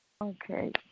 Okay